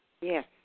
Yes